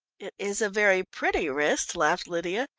it is a very pretty wrist, laughed lydia,